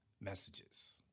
messages